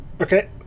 okay